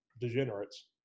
degenerates